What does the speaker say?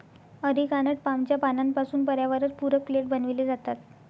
areca nut पामच्या पानांपासून पर्यावरणपूरक प्लेट बनविले जातात